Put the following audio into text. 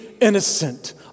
innocent